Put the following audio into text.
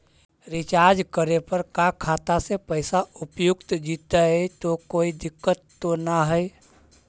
Recharge करे पर का खाता से पैसा उपयुक्त जितै तो कोई दिक्कत तो ना है?